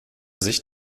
sich